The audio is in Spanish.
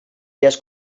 días